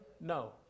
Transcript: no